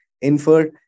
infer